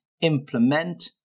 implement